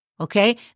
okay